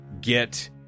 get